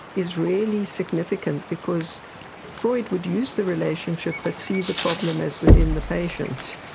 is really significant, because freud would use the relationship but see the problem as within the patient.